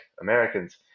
Americans